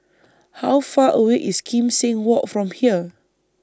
How Far away IS Kim Seng Walk from here